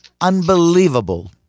unbelievable